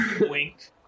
wink